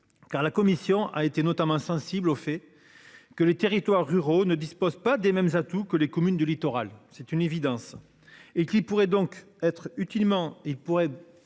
Car la commission a été notamment sensible au fait. Que les territoires ruraux ne dispose pas des mêmes atouts que les communes du littoral, c'est une évidence et qui pourrait donc être utilement